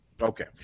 okay